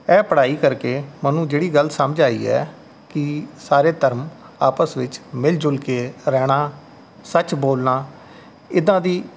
ਇਹ ਪੜ੍ਹਾਈ ਕਰਕੇ ਮੈਨੂੰ ਜਿਹੜੀ ਗੱਲ ਸਮਝ ਆਈ ਹੈ ਕਿ ਸਾਰੇ ਧਰਮ ਆਪਸ ਵਿੱਚ ਮਿਲ ਜੁਲ ਕੇ ਰਹਿਣਾ ਸੱਚ ਬੋਲਣਾ ਇੱਦਾਂ ਦੀ